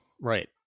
Right